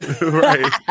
Right